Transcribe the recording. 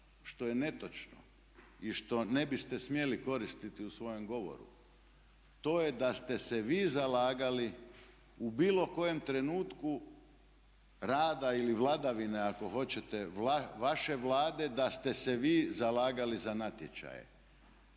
što je netočno i što ne biste smjeli koristiti u svojem govoru, to je da ste se vi zalagali u bilo kojem trenutku rada ili vladavine ako hoćete vaše Vlade da ste se vi zalagali za natječaje.